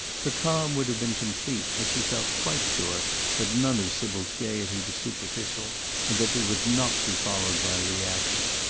her calm would have been complete, had she felt quite sure that none of sybil's gaiety was superficial and that it would not be followed by reaction.